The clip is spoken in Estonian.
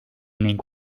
ning